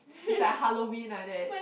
is like Halloween like that